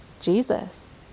Jesus